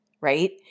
right